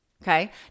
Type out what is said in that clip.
Okay